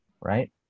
right